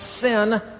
sin